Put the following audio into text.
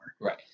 Right